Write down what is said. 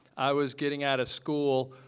i was getting out of school.